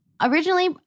Originally